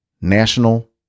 National